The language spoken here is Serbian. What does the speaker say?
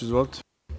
Izvolite.